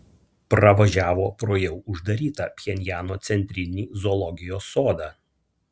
pravažiavo pro jau uždarytą pchenjano centrinį zoologijos sodą